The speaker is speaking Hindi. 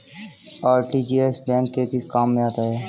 आर.टी.जी.एस बैंक के किस काम में आता है?